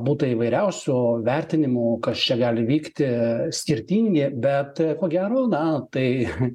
būta įvairiausių vertinimų kas čia gali vykti skirtingi bet ko gero na tai